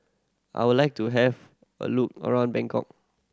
I would like to have a look around Bangkok